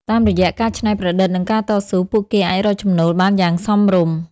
តាមរយៈការច្នៃប្រឌិតនិងការតស៊ូ ពួកគេអាចរកចំណូលបានយ៉ាងសមរម្យ។